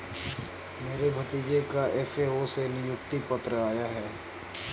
मेरे भतीजे का एफ.ए.ओ से नियुक्ति पत्र आया है